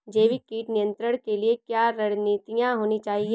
जैविक कीट नियंत्रण के लिए क्या रणनीतियां होनी चाहिए?